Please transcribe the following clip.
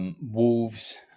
Wolves